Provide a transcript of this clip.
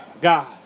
god